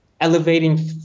elevating